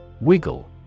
Wiggle